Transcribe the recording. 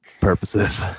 purposes